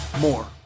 more